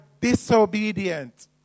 disobedient